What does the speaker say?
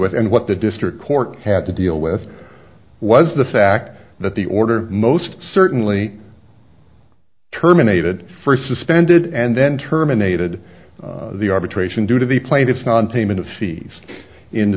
with and what the district court had to deal with was the fact that the order most certainly terminated first suspended and then terminated the arbitration due to the plaintiffs nonpayment of fees into the